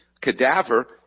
cadaver